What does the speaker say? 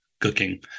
cooking